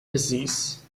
disease